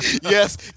Yes